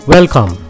Welcome